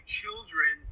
children